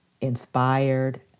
inspired